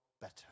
better